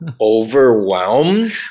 overwhelmed